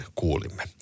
kuulimme